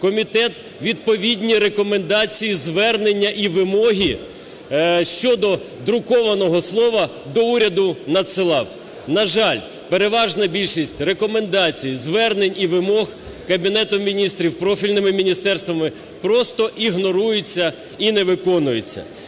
комітет відповідні рекомендації, звернення і вимоги щодо друкованого слова до уряду надсилав. На жаль, переважна більшість рекомендацій, звернень і вимог Кабінетом Міністрів, профільними міністерствами просто ігнорується і не виконується.